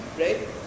right